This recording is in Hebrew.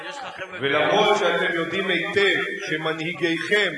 ואף שאתם יודעים היטב שמנהיגיכם,